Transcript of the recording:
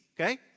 okay